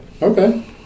Okay